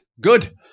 Good